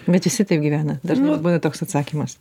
bet visi taip gyvena dažnai būna toks atsakymas